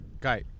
Guy